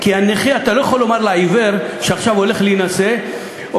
אתה לא יכול לומר לעיוור שהולך להינשא,